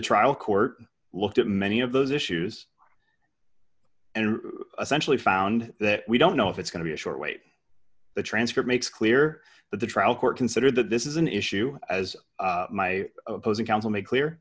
trial court looked at many of those issues and essentially found that we don't know if it's going to be a short wait the transfer makes clear that the trial court considered that this is an issue as my opposing counsel made clear